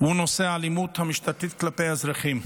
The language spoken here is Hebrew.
והוא נושא האלימות המשטרתית כלפי האזרחים.